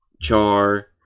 char